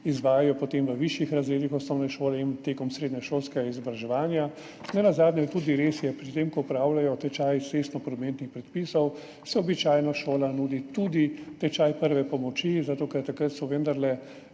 izvajajo potem v višjih razredih osnovne šole in v času srednješolskega izobraževanja. Nenazadnje je tudi res, pri tem, ko opravljajo tečaj cestnoprometnih predpisov, običajno šola nudi tudi tečaj prve pomoči, zato ker so takrat vendarle